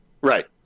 Right